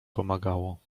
pomagało